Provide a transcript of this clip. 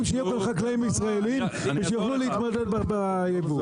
שיהיו גם חקלאים ישראלים שיוכלו להתמודד מול הייבוא.